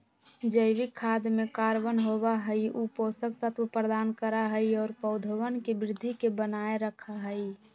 जैविक खाद में कार्बन होबा हई ऊ पोषक तत्व प्रदान करा हई और पौधवन के वृद्धि के बनाए रखा हई